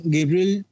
Gabriel